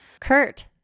kurt